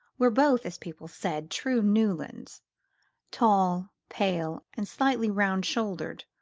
were both, as people said, true newlands tall, pale, and slightly round-shouldered,